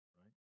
right